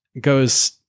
goes